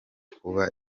kuba